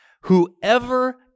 Whoever